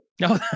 No